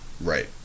right